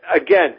Again